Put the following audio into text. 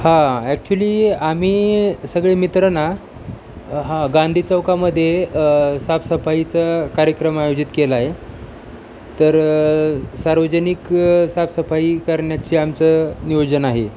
हा ॲक्च्युली आम्ही सगळे मित्र ना हां गांधी चौकामध्ये साफसफाईचं कार्यक्रम आयोजित केला आहे तर सार्वजनिक साफसफाई करण्याची आमचं नियोजन आहे